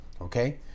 Okay